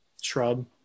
shrub